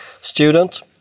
student